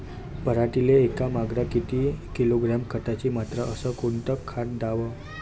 पराटीले एकरामागं किती किलोग्रॅम खताची मात्रा अस कोतं खात द्याव?